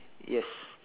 yes